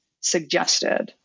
suggested